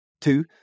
Two